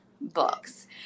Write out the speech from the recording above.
books